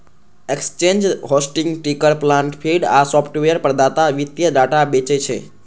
exchange, hosting, ticker plant feed आ software प्रदाता वित्तीय डाटा बेचै छै